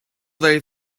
they